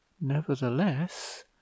Nevertheless